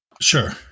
Sure